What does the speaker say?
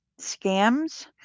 scams